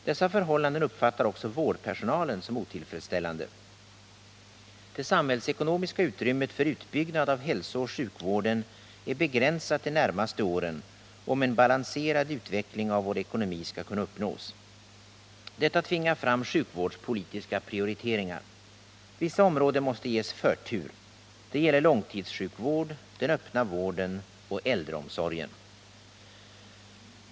Dessa förhållanden uppfattar också vårdpersonalen som otillfredsställlande. Det samhällsekonomiska utrymmet för utbyggnad av hälsooch sjukvården är begränsat de närmaste åren, om en balanserad utveckling av vår ekonomi skall kunna uppnås. Detta tvingar fram sjukvårdspolitiska prioriteringar. Vissa områden måste ges förtur. Det gäller långtidssjukvård, den öppna vården och äldreomsorgen.